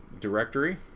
directory